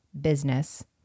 business